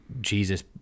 Jesus